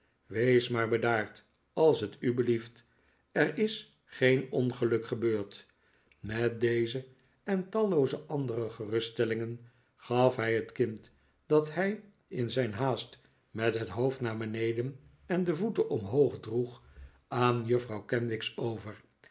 wees maar bedaard als t u belief t er is geen ongeluk gebeurd met deze en tallooze andere geruststellingen gaf hij het kind dat hij in zijn haast met het hoofd naar beneden en de voeten omhoog droeg aan juffrouw kenwigs over